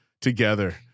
together